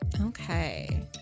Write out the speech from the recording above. Okay